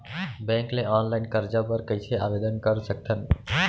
Bank ले online करजा बर कइसे आवेदन कर सकथन?